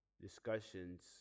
discussions